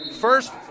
first